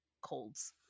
colds